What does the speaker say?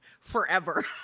forever